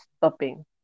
stopping